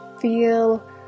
feel